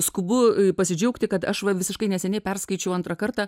skubu pasidžiaugti kad aš va visiškai neseniai perskaičiau antrą kartą